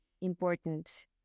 important